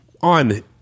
on